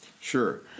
Sure